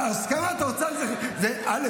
הסכמת האוצר, א.